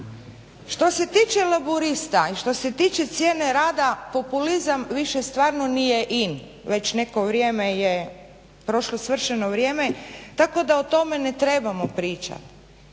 Što se tiče laburista i što se tiče cijene rada, populizam više stvarno nije in. Već neko vrijeme je prošlo svršeno vrijeme, tako da o tome ne trebamo pričati,